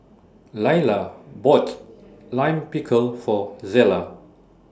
Laila bought Lime Pickle For Zella